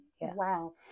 Wow